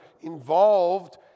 involved